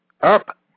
up